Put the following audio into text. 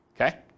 okay